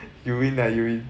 you win lah you win